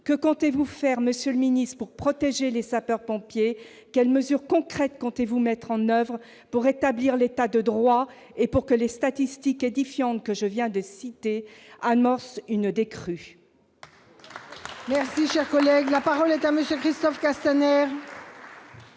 Que comptez-vous faire, monsieur le secrétaire d'État, pour protéger les sapeurs-pompiers ? Quelles mesures concrètes comptez-vous mettre en oeuvre pour rétablir l'État de droit et faire en sorte que les statistiques édifiantes que je viens d'évoquer amorcent une décrue ?